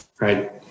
right